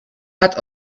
hat